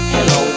Hello